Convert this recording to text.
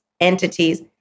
entities